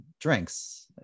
drinks